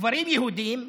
גברים יהודים,